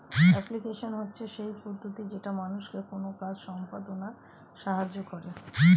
application হচ্ছে সেই পদ্ধতি যেটা মানুষকে কোনো কাজ সম্পদনায় সাহায্য করে